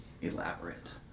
elaborate